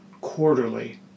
quarterly